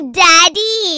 daddy